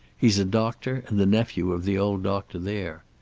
he's a doctor, and the nephew of the old doctor there.